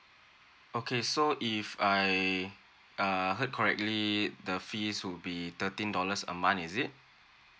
okay so if I err heard correctly the fees will be thirteen dollars a month is it